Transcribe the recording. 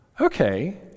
Okay